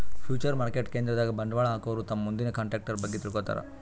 future market ಕೇಂದ್ರದಾಗ್ ಬಂಡವಾಳ್ ಹಾಕೋರು ತಮ್ ಮುಂದಿನ ಕಂಟ್ರಾಕ್ಟರ್ ಬಗ್ಗೆ ತಿಳ್ಕೋತಾರ್